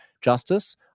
justice